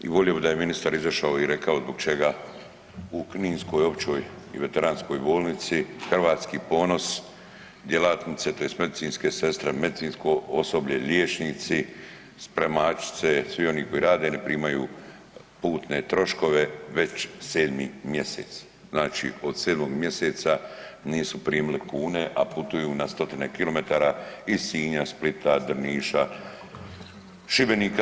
I volio bi da je ministar izašao i rekao zbog čega u kninskoj općoj i veteranskoj bolnici Hrvatski ponos djelatnice tj. medicinske sestre, medicinsko osoblje, liječnici, spremačice, svi oni koji rade ne primaju putne troškove već sedmi mjesec, znači od 7. mjeseca nisu primili kune, a putuju na 100-tine kilometara iz Sinja, Splita, Drniša, Šibenika.